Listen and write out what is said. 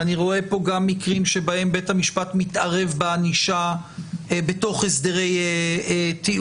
אני רואה פה גם מקרים שבהם בית המשפט מתערב בענישה בתוך הסדרי טיעון.